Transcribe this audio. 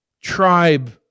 tribe